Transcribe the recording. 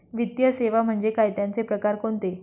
वित्तीय सेवा म्हणजे काय? त्यांचे प्रकार कोणते?